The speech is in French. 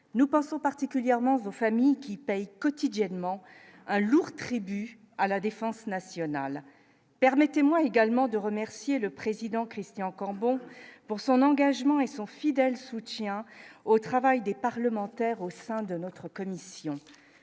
nous pensons particulièrement aux familles qui payent quotidiennement un lourd tribut à la défense nationale, permettez-moi également de remercier le président Christian Cambon pour son engagement et son fidèle soutien au travail des parlementaires au sein de notre commission